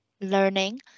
learning